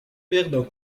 perdent